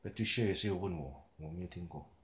patricia 也是有问我我没听过